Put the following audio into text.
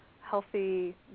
healthy